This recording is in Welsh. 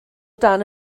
dan